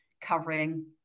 covering